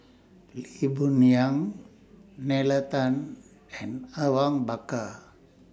Lee Boon Yang Nalla Tan and Awang Bakar